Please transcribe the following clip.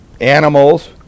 animals